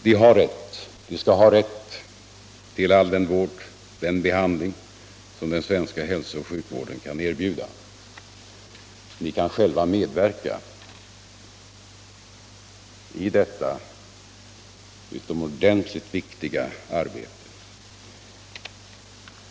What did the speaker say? De har och skall ha rätt till all den vård och behandling som den svenska hälsooch sjukvården kan erbjuda. Ni kan själva medverka i detta utomordentligt viktiga arbete.